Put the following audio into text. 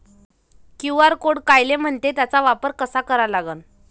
QR code कायले म्हनते, त्याचा वापर कसा करा लागन?